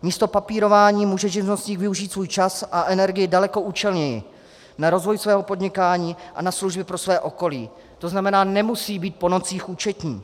Místo papírování může živnostník využít svůj čas a energii daleko účelněji na rozvoj svého podnikání a na služby pro své okolí, tzn. nemusí být po nocích účetní.